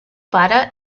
pare